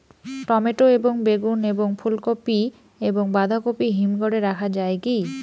Tomato এবং বেগুন এবং ফুলকপি এবং বাঁধাকপি হিমঘরে রাখা যায় কি?